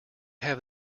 have